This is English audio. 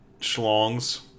schlongs